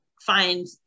find